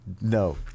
no